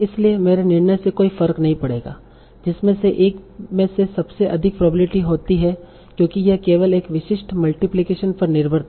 इसलिए मेरे निर्णय से कोई फर्क नहीं पड़ेगा जिसमें से एक में सबसे अधिक प्रोबब्लिटी होती है क्योंकि यह केवल इस विशिष्ट मल्टीप्लीकेशन पर निर्भर था